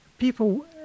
People